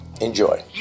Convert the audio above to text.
enjoy